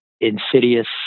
insidious